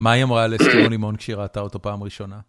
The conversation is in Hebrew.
מה היא אמרה על אסקימו-לימון כשהיא ראתה אותו פעם ראשונה?